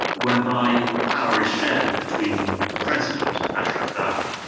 whereby power is shared between the president, ashraf ghani,